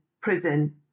prison